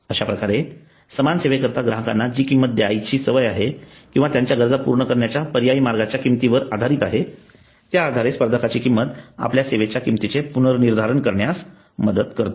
अशा प्रकारे सामान सेवेकरिता ग्राहकांना जी किंमत द्यायची सवय आहे किंवा त्यांच्या गरजा पूर्ण करण्याच्या पर्यायी मार्गांच्या किंमतीवर आधारित आहे त्या आधारे स्पर्धकाची किंमत आपल्या सेवेच्या किंमतीचे पुनर्निर्धारण करण्यास मदत करते